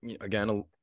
again